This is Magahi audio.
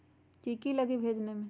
की की लगी भेजने में?